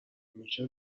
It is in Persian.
میشه